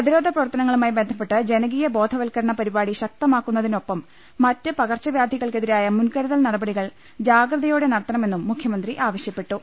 പ്രതിരോധ പ്രവർത്തനങ്ങളുമായി ബന്ധപ്പെട്ട് ജനകീയ ബ്ലോധ വത്കരണ പരിപാടി ശക്തമാക്കുന്നതിനൊപ്പം മറ്റ് പകർച്ചവ്യാധികൾക്കെ തിരായ മുൻകരുതൽ നടപടികൾ ്ജാഗ്രത്യോടെ നടത്തണ മെന്നും മുഖ്യമന്ത്രി ആവശ്യപ്പെട്ടു